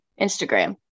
Instagram